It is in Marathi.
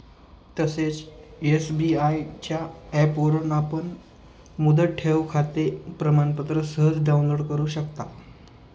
तसेच एस.बी.आय च्या ऍपवरून आपण मुदत ठेवखाते प्रमाणपत्र सहज डाउनलोड करु शकता